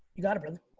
you got it, brother.